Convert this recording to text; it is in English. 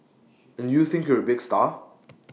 and you think you're A big star